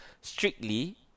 strictly